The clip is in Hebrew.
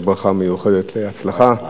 אז ברכה מיוחדת להצלחה.